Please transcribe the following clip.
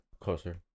closer